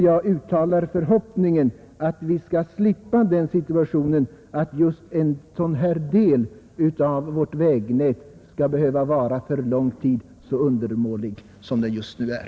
Jag uttalar förhoppningen att vi skall slippa den situationen att denna lilla del av vårt vägnät för lång tid skall behöva vara så undermålig som den just nu är.